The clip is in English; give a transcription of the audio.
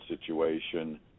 situation